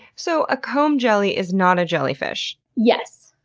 so a comb jelly is not a jellyfish. yes.